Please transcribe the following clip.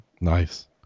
Nice